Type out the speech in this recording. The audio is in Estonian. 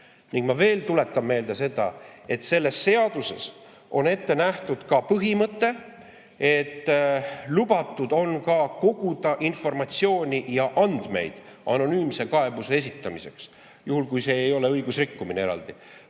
tuletan veel meelde seda, et selles seaduses on ette nähtud põhimõte, et lubatud on ka koguda informatsiooni ja andmeid anonüümse kaebuse esitamiseks, juhul kui tegemist ei ole eraldi õigusrikkumisega.